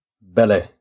Belle